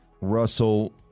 Russell